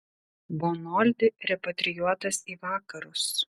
bonoldi repatrijuotas į vakarus